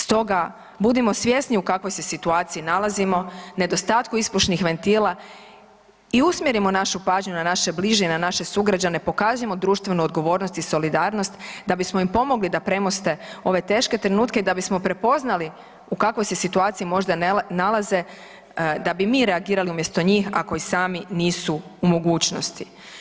Stoga, budimo svjesni u kakvoj se situaciji nalazimo, nedostatku ispušnih ventila i usmjerimo našu pažnju na naše bližnje i na naše sugrađane, pokažimo društvenu odgovornost i solidarnost da bismo im pomogli da premoste ove teške trenutke i da bismo prepoznali u kakvoj se situaciji možda nalaze da bi mi reagirali umjesto njih, ako i sami nisu u mogućnosti.